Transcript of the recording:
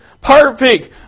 perfect